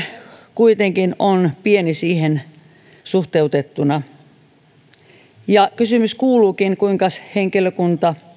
kuitenkin on pieni niihin suhteutettuna kysymys kuuluukin kuinka henkilökunta